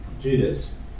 Judas